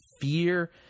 fear